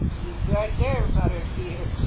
he's right there, muttered peter.